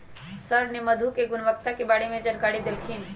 sir ने मधु के गुणवत्ता के बारे में जानकारी देल खिन